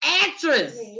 actress